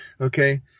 Okay